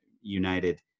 united